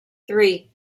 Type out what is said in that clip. three